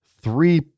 three